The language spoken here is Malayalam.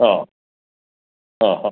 ആ ആ ആ